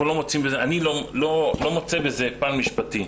אני לא מוצא בזה פן משפטי.